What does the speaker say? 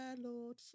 lord